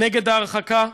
נגד ההרחקה,